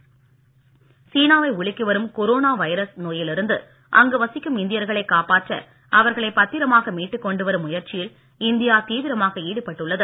corona சீனாவை உலுக்கி வரும் கோரோனா வைரஸ் நோயிலிருந்து அங்கு வசிக்கும் இந்தியர்களை காப்பாற்ற அவர்களை பத்திரமாக மீட்டு கொண்டு வரும் முயற்சியில் இந்தியா தீவிரமாக ஈடுபட்டுள்ளது